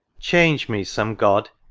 change me, some god,